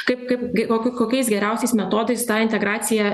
kaip kaip g kokiu kokiais geriausiais metodais tą integraciją